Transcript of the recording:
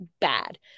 Bad